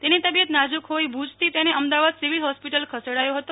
તેની તબિયત નાજુક હોઈ ભુજથી તેને અમદાવાદ સિવિલ હોસ્પિટલ ખસેડાયો હતો